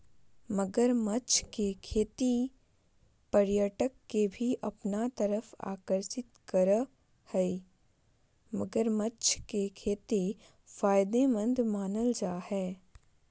मगरमच्छ के खेती पर्यटक के भी अपना तरफ आकर्षित करअ हई मगरमच्छ के खेती फायदेमंद मानल जा हय